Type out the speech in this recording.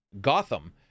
Gotham